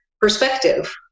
perspective